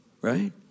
right